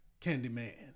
Candyman